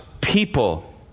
people